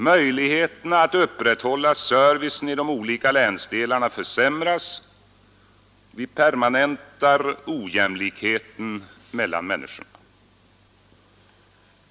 Möjligheterna att upprätthålla servicen i de olika länsdelarna försämras och vi permanentar ojämlikheten mellan människorna.